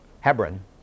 Hebron